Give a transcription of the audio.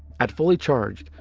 at fully charged,